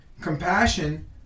Compassion